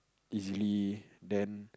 easily then